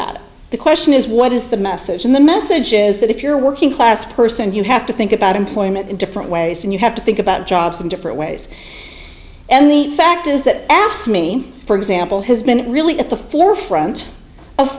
it the question is what is the message and the message is that if you're working class person you have to think about employment in different ways and you have to think about jobs in different ways and the fact is that asked me for example has been really at the forefront of